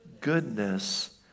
goodness